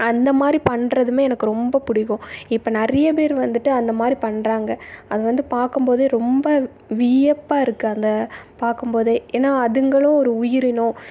அந்தமாதிரி பண்ணுறதுமே எனக்கு ரொம்ப பிடிக்கும் இப்போ நிறைய பேர் வந்துட்டு அந்தமாதிரி பண்ணுறாங்க அது வந்து பார்க்கம்போதே ரொம்ப வியப்பாக இருக்குது அந்த பார்க்கம்போதே ஏன்னா அதுங்களும் ஒரு உயிரினம்